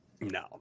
No